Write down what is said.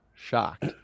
shocked